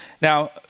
Now